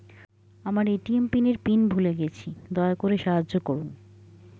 আমার এ.টি.এম এর পিন ভুলে গেছি, দয়া করে সাহায্য করুন